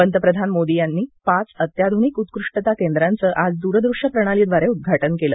पंतप्रधान नरेंद्र मोदी यांनी पाच अत्याधुनिक उत्कृष्टता केंद्रांचं आज दूर दृश्य प्रणालीद्वारे उद्वाटन केलं